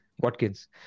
Watkins